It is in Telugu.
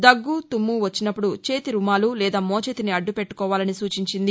దగ్గ తుమ్ము వచ్చినపుడు చేతి రుమాలు లేదా మోచేతిని అడ్లు పెట్లుకోవాలని సూచించింది